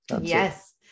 Yes